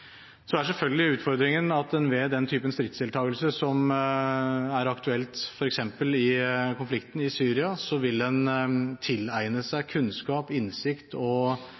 Så er selvfølgelig utfordringen at en ved den typen stridsdeltakelse som er aktuell f.eks. i konflikten i Syria, vil tilegne seg kunnskap, innsikt og